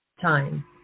time